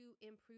improve